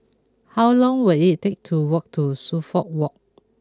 how long will it take to walk to Suffolk Walk